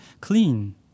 clean